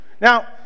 Now